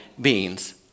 beings